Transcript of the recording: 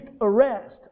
arrest